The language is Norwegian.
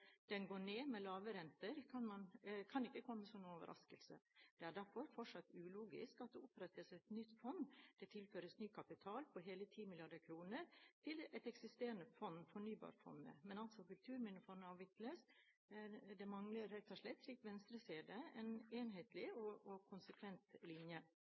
den går ned med lave renter kan ikke komme som noen overraskelse. Det er derfor fortsatt ulogisk at det opprettes et nytt fond, og at det tilføres ny kapital på hele 10 mrd. kr til et eksisterende fond – fornybarfondet – mens Kulturminnefondet avvikles. Det mangler rett og slett – slik Venstre ser det – en enhetlig